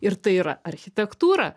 ir tai yra architektūra